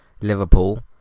Liverpool